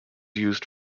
used